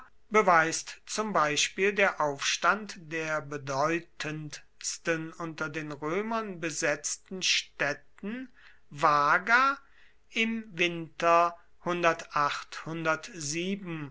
beweist zum beispiel der aufstand der bedeutendsten unter den römern besetzten städten vaga im winter